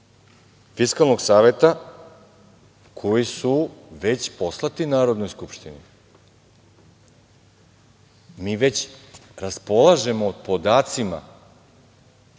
Fiskalnog saveta koji su već poslati Narodnoj skupštini. Mi već raspolažemo podacima